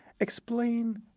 Explain